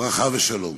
ברכה ושלום.